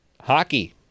Hockey